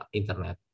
internet